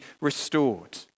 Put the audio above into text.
restored